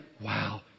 wow